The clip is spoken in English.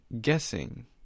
guessing